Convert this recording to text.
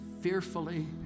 fearfully